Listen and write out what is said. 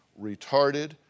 retarded